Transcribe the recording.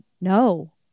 No